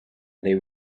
they